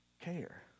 care